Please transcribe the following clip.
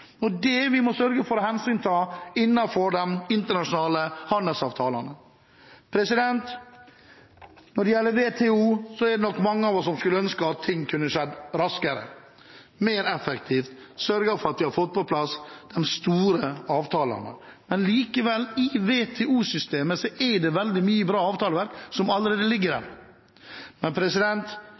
er det vi må sørge for, og det er det vi må sørge for å hensynta innenfor de internasjonale handelsavtalene. Når det gjelder WTO, er det mange av oss som skulle ønsket at ting kunne skjedd raskere, mer effektivt og sørget for at vi hadde fått på plass de store avtalene. Men likevel er det veldig mye bra avtaleverk som allerede ligger